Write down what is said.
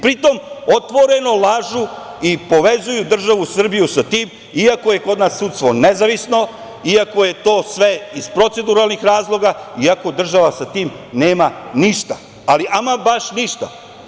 Pritom, otvoreno lažu i povezuju državu Srbiju sa tim, iako je kod nas sudstvo nezavisno, iako je to sve iz proceduralnih razloga, iako država sa tim nema ništa, ali ama baš ništa.